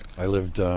i lived,